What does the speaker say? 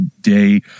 day